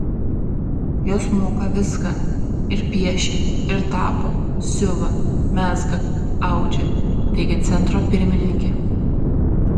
jos moka viską ir piešia ir tapo siuva mezga audžia teigė centro pirmininkė